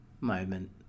moment